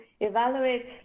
evaluate